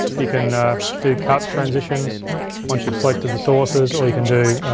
you can do cut transitions once you've selected the sources, or you can do